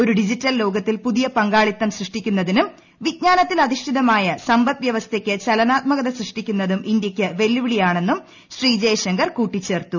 ഒരു ഡിജിറ്റൽ ലോകത്തിൽ പുതിയ പങ്കാളിത്തം സൃഷ്ടിക്കുന്നതിനും പ്പിജ്ഞാനത്തിൽ അധിഷ്ഠിതമായ സമ്പദ് വ്യവ്യസ്ഥയ്ക്ക് ചലനാത്മകത സൃഷ്ടിക്കുന്നതിനും ഇന്ത്യ്ക്ക് വെല്ലുവിളിയാണെന്നും ശ്രീ ജയ്ശങ്കർ കൂട്ടിച്ചേർത്തു